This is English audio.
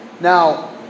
Now